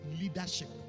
leadership